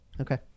Okay